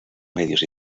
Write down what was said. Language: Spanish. medios